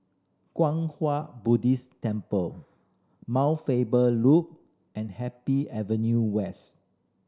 Kwang Hua Buddhist Temple Mount Faber Loop and Happy Avenue West